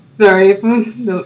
sorry